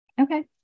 Okay